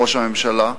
ראש הממשלה,